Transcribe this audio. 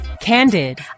Candid